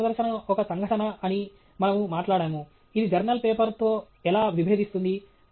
సాంకేతిక ప్రదర్శన ఒక సంఘటన అని మనము మాట్లాడాము ఇది జర్నల్ పేపర్తో ఎలా విభేదిస్తుంది